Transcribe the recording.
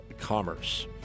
Commerce